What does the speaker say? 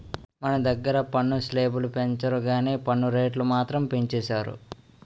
మన దగ్గిర పన్ను స్లేబులు పెంచరు గానీ పన్ను రేట్లు మాత్రం పెంచేసారు